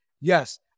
Yes